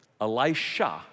Elisha